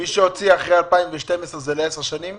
מי שהוציא תעודת זהות אחרי 2012 זה לעשר שנים?